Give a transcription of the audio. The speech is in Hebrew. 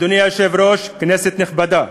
אדוני היושב-ראש, כנסת נכבדה,